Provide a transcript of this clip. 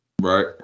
Right